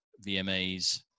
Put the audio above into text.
VMAs